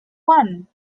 one